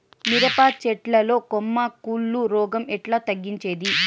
మిరప చెట్ల లో కొమ్మ కుళ్ళు రోగం ఎట్లా తగ్గించేది?